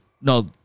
No